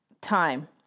Time